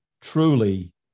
truly